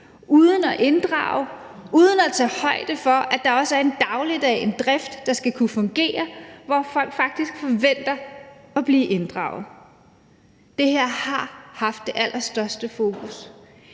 uden at inddrage, uden at tage højde for, at der også er en dagligdag og en drift, der skal kunne fungere, hvor folk faktisk forventer at blive inddraget. Det her har haft det allerstørste fokus.